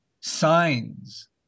signs